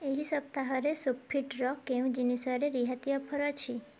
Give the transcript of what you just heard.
ଏହି ସପ୍ତାହରେ ସୋଫିଟ୍ର କେଉଁ ଜିନିଷରେ ରିହାତି ଅଫର୍ ଅଛି